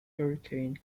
hurricane